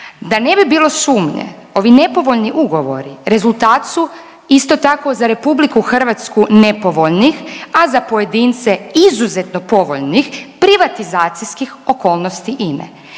Da ne bi bilo sumnje ovi nepovoljni ugovori rezultat su isto tako za RH nepovoljni, a za pojedince izuzetno povoljni privatizacijskih okolnosti